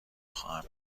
خواهم